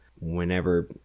whenever